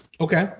Okay